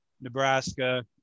Nebraska